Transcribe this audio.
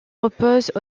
repose